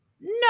No